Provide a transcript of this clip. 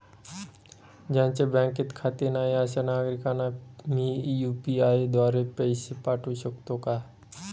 ज्यांचे बँकेत खाते नाही अशा नागरीकांना मी यू.पी.आय द्वारे पैसे पाठवू शकतो का?